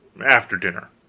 after dinner.